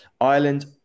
ireland